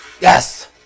Yes